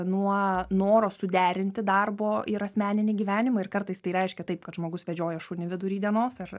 nuo noro suderinti darbo ir asmeninį gyvenimą ir kartais tai reiškia taip kad žmogus vedžioja šunį vidury dienos ar